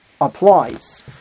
applies